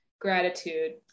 gratitude